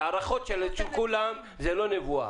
ההערכות של כולם זה לא נבואה,